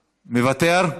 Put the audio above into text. מוותר?